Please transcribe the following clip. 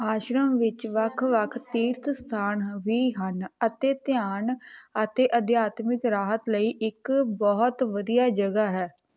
ਆਸ਼ਰਮ ਵਿੱਚ ਵੱਖ ਵੱਖ ਤੀਰਥ ਸਥਾਨ ਹ ਵੀ ਹਨ ਅਤੇ ਧਿਆਨ ਅਤੇ ਅਧਿਆਤਮਿਕ ਰਾਹਤ ਲਈ ਇੱਕ ਬਹੁਤ ਵਧੀਆ ਜਗ੍ਹਾ ਹੈ